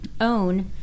OWN